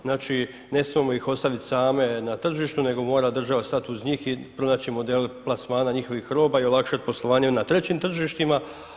Znači ne smijemo ih ostaviti same na tržištu nego mora država stati uz njih i pronaći modele plasmana njihovih roba i olakšati poslovanje na trećim tržištima.